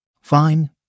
Fine